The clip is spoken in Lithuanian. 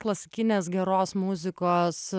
klasikinės geros muzikos